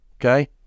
Okay